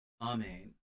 amen